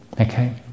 Okay